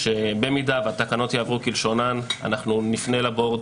שמידה שהתקנות יעברו כלשונן, אנחנו נפנה ל-Board